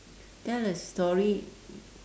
tell a story